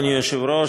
אדוני היושב-ראש,